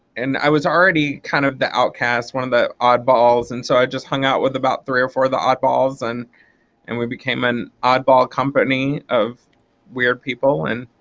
and i was already kind of the outcast one of the oddballs and so i just hung out with about three or four of the oddballs and and we became an oddball company of weird people. and